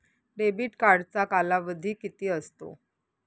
Debit कार्डचा कालावधी किती असतो?